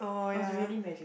must really magic